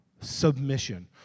submission